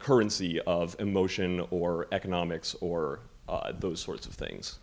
currency of emotion or economics or those sorts of things